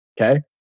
Okay